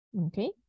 Okay